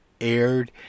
aired